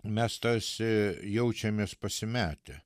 mes tarsi jaučiamės pasimetę